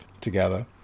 together